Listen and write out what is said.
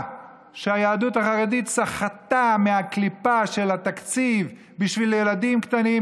שהיהדות החרדית סחטה מהקליפה של התקציב בשביל ילדים קטנים,